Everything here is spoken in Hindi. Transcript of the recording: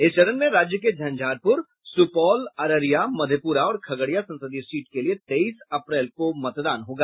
इस चरण में राज्य के झंझारपुर सुपौल अररिया मधेपुरा और खगड़िया संसदीय सीट के लिए तेईस अप्रैल को मतदान होगा